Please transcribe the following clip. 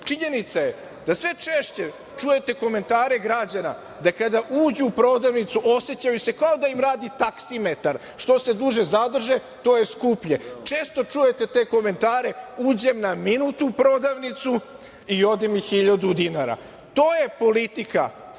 Činjenica je da sve češće čujete komentare građana da kada uđu u prodavnicu osećaju se kao da im radi taksimetar, što se duže zadrže, to je skuplje. Često čujete te komentare – uđem na minut u prodavnicu i ode mi 1.000 dinara. To je politika